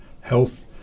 health